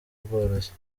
bworoshye